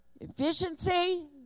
Efficiency